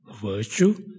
virtue